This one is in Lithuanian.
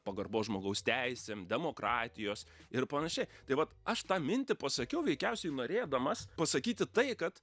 pagarbos žmogaus teisėm demokratijos ir panašiai tai vat aš tą mintį pasakiau veikiausiai norėdamas pasakyti tai kad